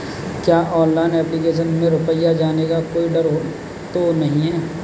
क्या online application में रुपया जाने का कोई डर तो नही है?